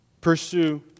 pursue